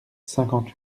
cinquante